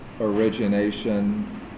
origination